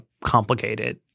complicated